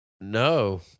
No